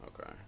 okay